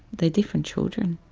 they're different children,